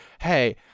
Hey